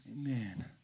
Amen